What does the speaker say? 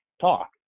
talk